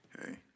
Hey